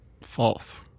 False